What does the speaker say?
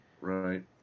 Right